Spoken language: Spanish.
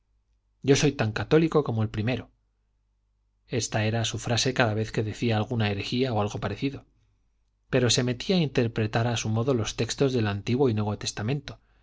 yo soy tan católico como el primero esta era su frase cada vez que decía alguna herejía o algo parecido pero se metía a interpretar a su modo los textos del antiguo y nuevo testamento